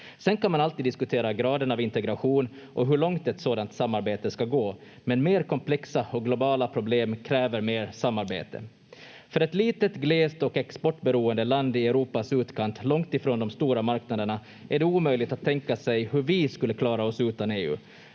Sedan kan man alltid diskutera graden av integration och hur långt ett sådant samarbete ska gå, men mer komplexa och globala problem kräver mer samarbete. För ett litet, glest och exportberoende land i Europas utkant långt ifrån de stora marknaderna är det omöjligt att tänka sig hur vi skulle klara oss utan EU.